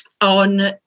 on